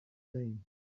lame